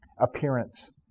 appearance